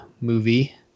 movie